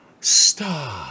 Stop